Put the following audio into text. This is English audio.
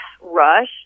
rush